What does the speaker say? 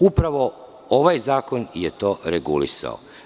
Upravo ovaj zakon je to regulisao.